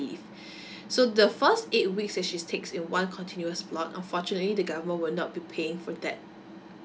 leave so the first eight weeks that she takes in one continuous block unfortunately the government will not be paying for that